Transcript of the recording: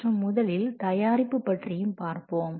மற்றும் முதலில் தயாரிப்பு பற்றியும் பார்ப்போம்